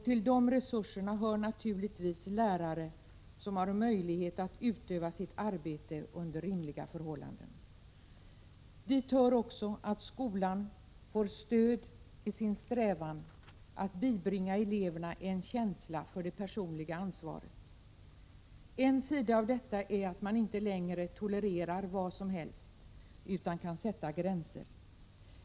Till de resurserna hör naturligtvis lärare som har möjlighet att utöva sitt arbete under rimliga förhållanden. Dit hör också att skolan får stöd i sin strävan att bibringa eleverna en känsla för det personliga ansvaret. En sida av detta är att man inte längre tolererar vad som helst utan sätter gränser.